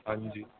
ਹਾਂਜੀ